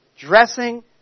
dressing